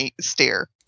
stare